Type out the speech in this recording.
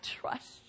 trust